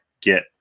get